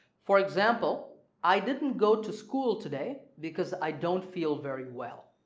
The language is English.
for example i didn't go to school today because i don't feel very well.